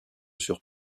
sur